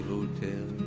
Hotel